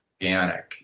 Organic